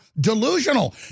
delusional